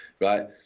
right